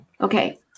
Okay